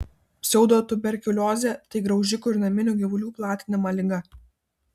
pseudotuberkuliozė tai graužikų ir naminių gyvulių platinama liga